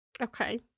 Okay